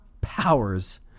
powers